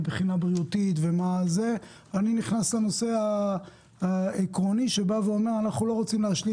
אני נכנס לנושא העקרוני שאומר: אנחנו לא רוצים להשלים